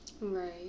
Right